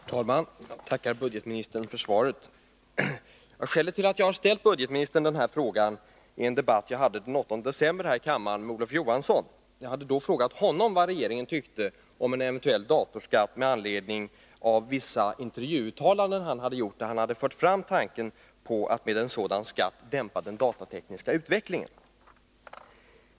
Herr talman! Jag tackar budgetministern för svaret. Skälet till att jag har ställt budgetministern den här frågan är en debatt som jag hade den 8 december här i kammaren med Olof Johansson, då jag hade frågat honom vad regeringen tyckte om en eventuell datorskatt. Frågan hade ställts med anledning av vissa intervjuuttalanden som Olof Johansson hade gjort, där han fört fram tanken på att med en sådan skatt dämpa den datatekniska utvecklingen.